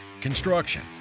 Construction